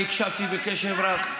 סליחה, הקשבתי בקשב רב.